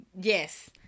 yes